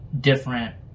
different